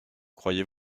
croyez